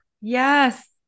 yes